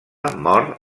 mor